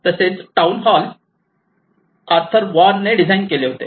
तसेच town hall Arthur Vaughan ने design केले होते